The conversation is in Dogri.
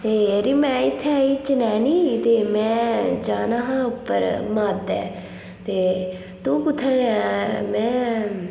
ते जरी में इत्थै आई चनैह्नी ते में जाना हा उप्पर माह्ड़ते ते तूं कुत्थै ऐं में